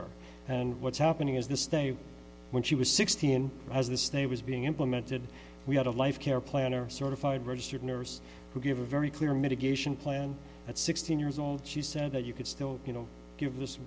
over and what's happening is this day when she was sixteen as this name was being implemented we had a life care plan or a sort of fired registered nurse who gave a very clear mitigation plan at sixteen years old she said that you could still you know give this